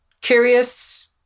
curious